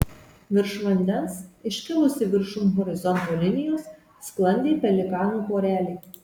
virš vandens iškilusi viršum horizonto linijos sklandė pelikanų porelė